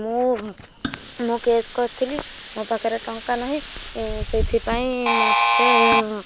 ମୁଁ ମୁଁ କେସ୍ କରିଥିଲି ମୋ ପାଖରେ ଟଙ୍କା ନାହିଁ ସେଥିପାଇଁ ମୋତେ